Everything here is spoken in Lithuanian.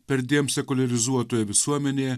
perdėm sekuliarizuotoje visuomenėje